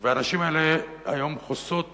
והנשים האלה היום חוסות